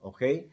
Okay